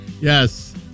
Yes